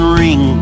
ring